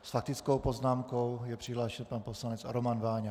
S faktickou poznámkou je přihlášen pan poslanec Roman Váňa.